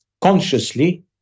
consciously